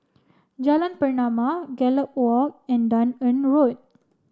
Jalan Pernama Gallop Walk and Dunearn Road